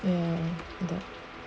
ya